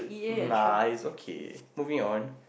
nice okay moving on